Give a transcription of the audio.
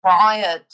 Prior